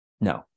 No